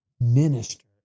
minister